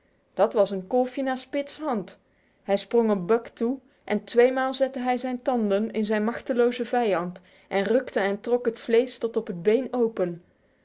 dat was een kolfje naar spitz hand hij sprong op buck toe en tweemaal zette hij zijn tanden in zijn machtelozen vijand en rukte en trok het vlees tot op het been open